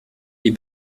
die